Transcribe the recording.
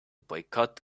boycott